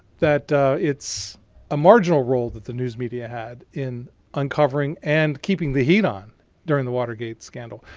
that it's a marginal role that the news media had in uncovering and keeping the heat on during the watergate scandal.